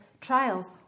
trials